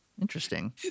Interesting